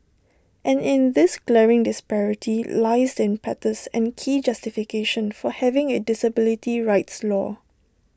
and in this glaring disparity lies impetus and key justification for having A disability rights law